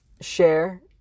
share